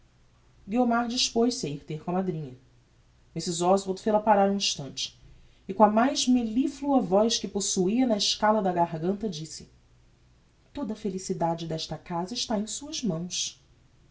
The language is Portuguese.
dispoz-se a ir ter com a madrinha mrs oswald fel-a parar um instante e com a mais meliflua voz que possuia na escala da garganta disse toda a felicidade desta casa está em suas mãos